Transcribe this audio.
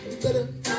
better